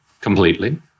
completely